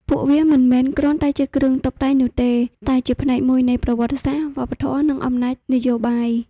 ពួកវាមិនមែនគ្រាន់តែជាគ្រឿងតុបតែងនោះទេ តែជាផ្នែកមួយនៃប្រវត្តិសាស្ត្រ វប្បធម៌ និងអំណាចនយោបាយ។